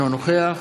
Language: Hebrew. אינו נוכח